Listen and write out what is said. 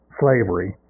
slavery